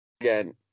again